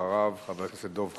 אחריו, חבר הכנסת דב חנין.